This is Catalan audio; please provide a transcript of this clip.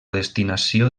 destinació